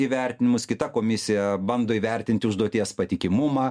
įvertinimus kita komisija bando įvertinti užduoties patikimumą